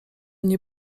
nie